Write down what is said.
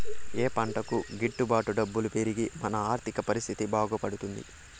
ఏ పంటకు గిట్టు బాటు డబ్బులు పెరిగి మన ఆర్థిక పరిస్థితి బాగుపడుతుంది?